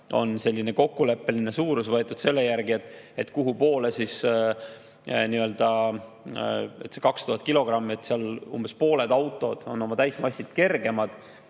on selline kokkuleppeline suurus võetud selle järgi, et kuhu poole nii-öelda … 2000 kilogrammist on umbes pooled autod oma täismassilt kergemad.